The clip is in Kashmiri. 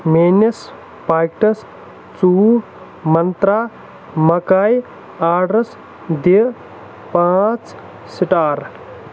میٛٲنِس پاکِٹَس ژوٚوُہ مَنترٛا مَکاے آڈرَس دِ پانٛژھ سٕٹار